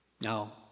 Now